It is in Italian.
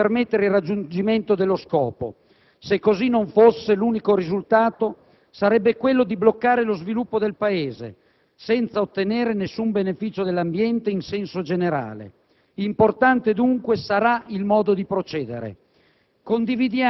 Solo una politica ambientale comune, oserei dire planetaria, può permettere il raggiungimento dello scopo; se così non fosse, l'unico risultato sarebbe quello di bloccare lo sviluppo del Paese, senza ottenere nessun beneficio dell'ambiente in senso generale.